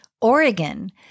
Oregon